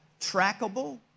trackable